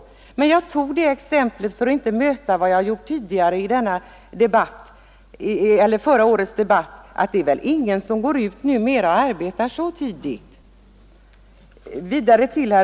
Jag — läggspension för tog det exemplet för att inte få samma svar som i förra årets debatt, att — hemarbetande make det väl inte är någon som börjar arbeta så tidigt som vid 16 års ålder.